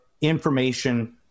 information